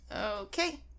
Okay